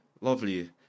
lovely